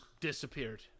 disappeared